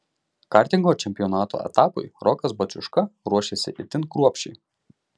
kartingo čempionato etapui rokas baciuška ruošėsi itin kruopščiai